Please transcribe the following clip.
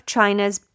China's